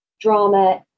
drama